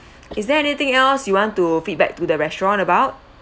is there anything else you want to feedback to the restaurant about